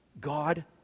God